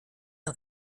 ein